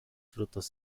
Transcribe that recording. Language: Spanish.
frutos